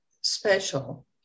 special